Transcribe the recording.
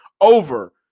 over